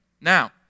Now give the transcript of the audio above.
Now